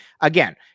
again